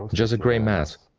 just a gray mass,